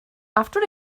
after